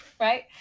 Right